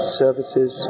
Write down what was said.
services